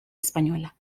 española